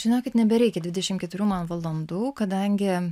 žinokit nebereikia dvidešim keturių man valandų kadangi